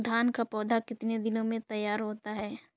धान का पौधा कितने दिनों में तैयार होता है?